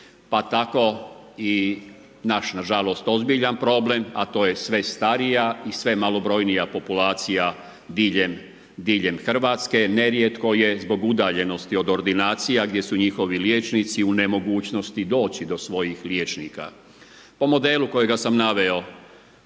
pa tako i naš nažalost ozbiljan problem a to je sve starija i sve malobrojnija populacija diljem Hrvatske, ne rijetko je zbog udaljenosti od ordinacija gdje su njihovi liječnici u nemogućnosti doći do svojih liječnika. Po modelu kojega sam naveo